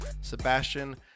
Sebastian